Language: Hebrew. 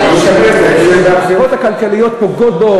והגזירות הכלכליות פוגעות בו,